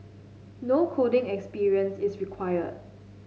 no coding experience is required